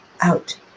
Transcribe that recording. out